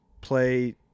play